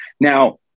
Now